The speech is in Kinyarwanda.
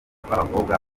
b’abakobwa